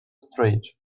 street